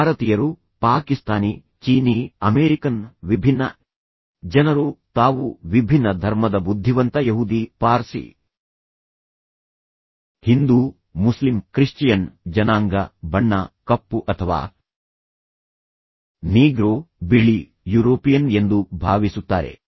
ಭಾರತೀಯರು ಪಾಕಿಸ್ತಾನಿ ಚೀನೀ ಅಮೇರಿಕನ್ ವಿಭಿನ್ನ ಜನರು ತಾವು ವಿಭಿನ್ನ ಧರ್ಮದ ಬುದ್ಧಿವಂತ ಯಹೂದಿ ಪಾರ್ಸಿ ಹಿಂದೂ ಮುಸ್ಲಿಂ ಕ್ರಿಶ್ಚಿಯನ್ ಜನಾಂಗ ಬಣ್ಣ ಕಪ್ಪು ಅಥವಾ ನೀಗ್ರೋ ಬಿಳಿ ಯುರೋಪಿಯನ್ ಎಂದು ಭಾವಿಸುತ್ತಾರೆ